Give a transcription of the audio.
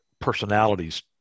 personalities